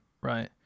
right